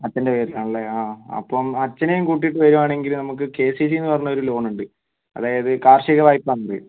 അച്ഛൻ്റെ പേരിലാണല്ലെ ആ അപ്പം അച്ഛനേം കൂട്ടീട്ട് വരുവാണെങ്കിൽ നമുക്ക് കെ സി സിന്ന് പറഞ്ഞൊരു ലോണുണ്ട് അതായത് കാർഷിക വായ്പാന്ന് പറയും